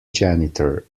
janitor